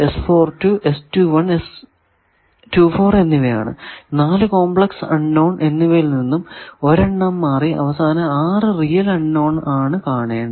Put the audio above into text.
ഈ 4 complex unknown എന്നിവയിൽ നിന്നും ഒരെണ്ണം മാറ്റി അവസാനം 6 റിയൽ അൺ നോൺ ആണ് കാണേണ്ടത്